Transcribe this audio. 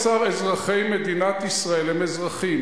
האם למישהו היה ספק?